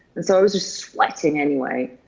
and so i was just sweating anyway.